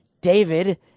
David